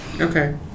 Okay